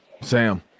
Sam